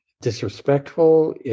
disrespectful